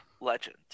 legend